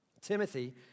Timothy